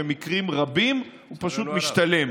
שבמקרים רבים הוא פשוט משתלם.